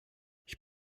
ich